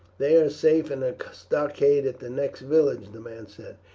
they are safe in a stockade at the next village, the man said.